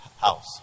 house